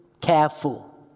careful